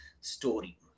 story